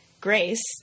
grace